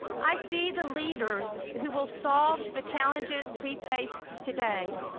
i see the leaders who will solve the challenges we face today.